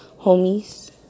homies